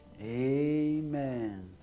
Amen